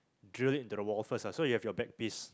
drill it into the wall first ah so you have your back piece